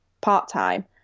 part-time